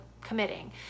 committing